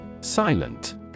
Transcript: Silent